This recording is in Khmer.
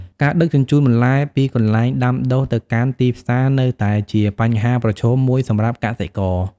ការដឹកជញ្ជូនបន្លែពីកន្លែងដាំដុះទៅកាន់ទីផ្សារនៅតែជាបញ្ហាប្រឈមមួយសម្រាប់កសិករ។